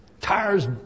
tires